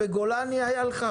בבקשה.